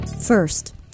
First